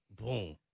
boom